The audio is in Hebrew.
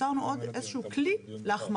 יצרנו עוד איזה שהוא כלי להחמרה.